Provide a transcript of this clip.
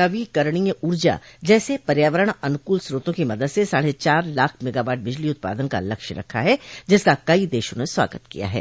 नवीकरणीय ऊर्जा जैसे पर्यावरण अनुकल स्रोतो की मदद से साढ चार लाख मेगावाट बिजली उत्पादन का लक्ष्य रखा है जिसका कई देशों ने स्वागत किया है